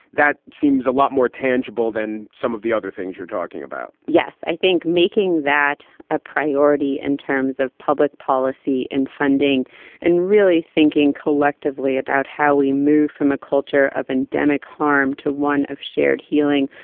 that seems a lot more tangible than some of the other things you're talking about yes. i think making that a priority in and terms of public policy and funding and really thinking collectively about how we move from a culture of endemic harm to one of shared healing,